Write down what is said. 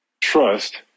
trust